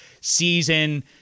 season